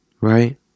right